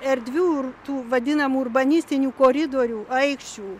erdvių ir tų vadinamų urbanistinių koridorių aikščių